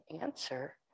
answer